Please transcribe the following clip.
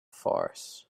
farce